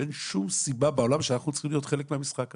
אין שום סיבה בעולם שאנחנו צריכים להיות חלק מהמשחק הזה.